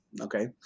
Okay